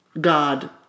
God